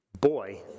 boy